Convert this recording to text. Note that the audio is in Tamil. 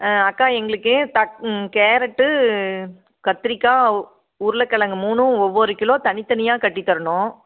ஆ அக்கா எங்களுக்கு தக் கேரட்டு கத்திரிக்காய் உ உருளைக்கெலங்கு மூணும் ஒவ்வொரு கிலோ தனித்தனியாக கட்டித்தரணும்